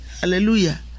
Hallelujah